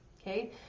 okay